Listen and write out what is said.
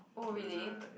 oh really